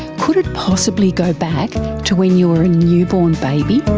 could it possibly go back to when you were a newborn baby?